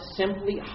simply